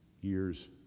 years